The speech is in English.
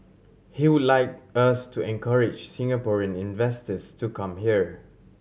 he would like us to encourage Singaporean investors to come here